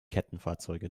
kettenfahrzeuge